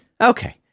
Okay